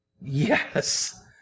Yes